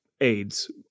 AIDS